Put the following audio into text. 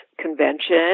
convention